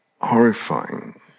horrifying